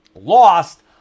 lost